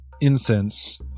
incense